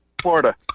Florida